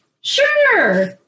sure